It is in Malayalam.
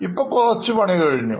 ഇപ്പോൾ കുറച്ചു പണി കഴിഞ്ഞു